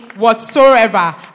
whatsoever